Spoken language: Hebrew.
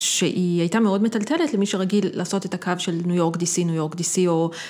שהיא הייתה מאוד מטלטלת למי שרגיל לעשות את הקו של ניו־יורק די־סי, ניו־יורק די־סי, או.